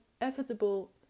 inevitable